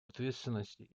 ответственности